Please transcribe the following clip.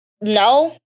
No